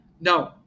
No